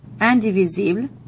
indivisible